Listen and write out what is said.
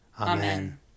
Amen